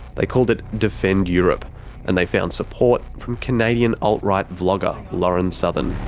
they called it defend europe and they found support from canadian alt-right vlogger lauren southern.